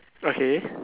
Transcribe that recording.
okay